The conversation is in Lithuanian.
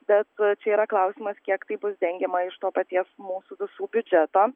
bet čia yra klausimas kiek tai bus dengiama iš to paties mūsų visų biudžeto